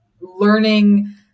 learning